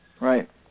Right